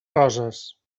roses